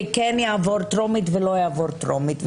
וכן יעבור טרומית ולא יעבור טרומית,